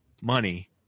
money